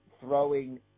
throwing